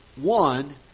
one